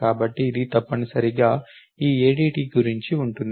కాబట్టి ఇది తప్పనిసరిగా ఈ ADT గురించి ఉంటుంది